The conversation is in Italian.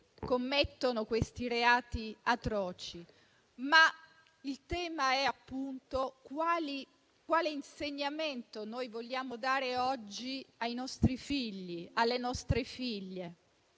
commettono reati atroci. Ma il tema è: quale insegnamento vogliamo dare oggi ai nostri figli e alle nostre figlie?